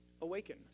Awaken